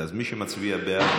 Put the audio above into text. אז מי שמצביע בעד,